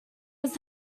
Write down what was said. was